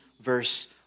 verse